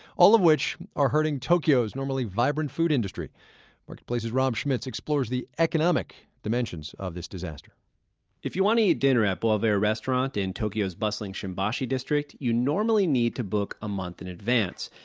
all of which are hurting tokyo's normally vibrant food industry marketplace's rob schmitz explores the economic dimensions of this disaster if you want to eat dinner at bois vert restaurant in tokyo's bustling shimbashi district, you normally need to book a month in advance.